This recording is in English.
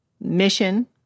mission